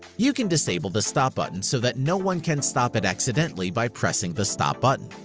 you can disable the stop button so that no one can stop it accidentally by pressing the stop button.